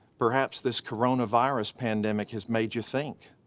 perhaps this coronavirus pandemic has made you think.